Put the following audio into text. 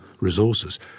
resources